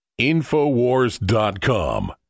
Infowars.com